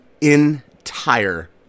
entire